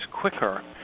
quicker